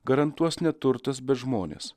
garantuos neturtas bet žmonės